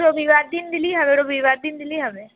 রবিবার দিন দিলেই হবে রবিবার দিন দিলেই হবে